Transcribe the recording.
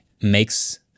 makes